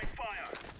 five